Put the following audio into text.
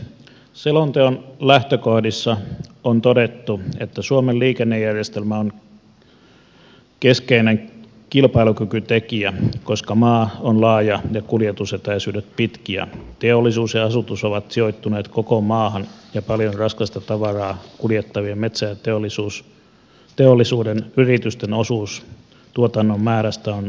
selonteon lähtökohdissa on todettu että suomen liikennejärjestelmä on keskeinen kilpailukykytekijä koska maa on laaja ja kuljetusetäisyydet pitkiä teollisuus ja asutus ovat sijoittuneet koko maahan ja paljon raskasta tavaraa kuljettavien metsäteollisuuden yritysten osuus tuotannon määrästä on ollut suuri